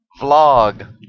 Vlog